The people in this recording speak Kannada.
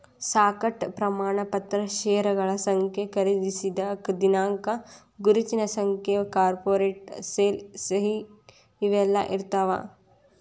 ಸ್ಟಾಕ್ ಪ್ರಮಾಣ ಪತ್ರ ಷೇರಗಳ ಸಂಖ್ಯೆ ಖರೇದಿಸಿದ ದಿನಾಂಕ ಗುರುತಿನ ಸಂಖ್ಯೆ ಕಾರ್ಪೊರೇಟ್ ಸೇಲ್ ಸಹಿ ಇವೆಲ್ಲಾ ಇರ್ತಾವ